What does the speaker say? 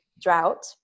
drought